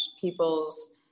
people's